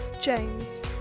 James